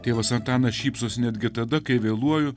tėvas antanas šypsosi netgi tada kai vėluoju